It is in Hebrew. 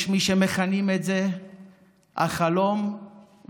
יש מי שמכנים את זה החלום ושברו.